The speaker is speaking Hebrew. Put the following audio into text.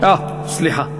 סליחה.